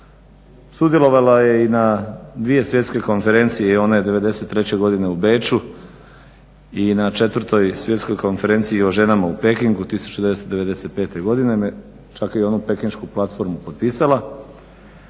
sudjelovala je i na dvije svjetske konferencije i one '93. godine u Beču i na 4. Svjetskoj konferenciji o ženama u Pekingu 1995. godine, čak je i onu pekinšku platformu potpisala